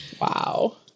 Wow